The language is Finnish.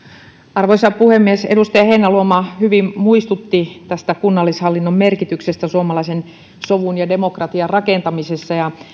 arvoisa puhemies edustaja heinäluoma hyvin muistutti kunnallishallinnon merkityksestä suomalaisen sovun ja demokratian rakentamisessa ja